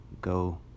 go